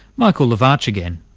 michael lavarch again.